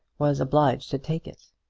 was obliged to take it.